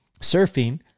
surfing